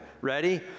Ready